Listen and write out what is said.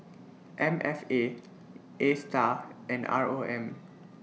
M F A ASTAR and R O M